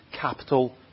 capital